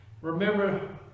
remember